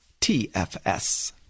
TFS